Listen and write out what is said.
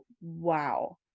wow